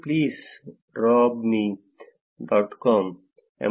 please rob me dot com pleaserobme